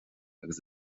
agus